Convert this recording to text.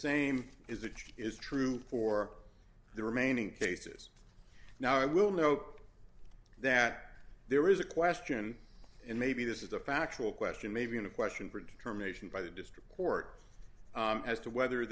achieved is true for the remaining cases now i will nope that there is a question and maybe this is a factual question maybe in a question for determination by the district court as to whether